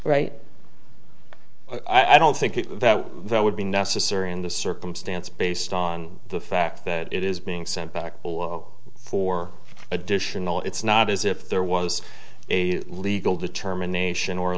right i don't think that that would be necessary in the circumstance based on the fact that it is being sent back for additional it's not as if there was a legal determination or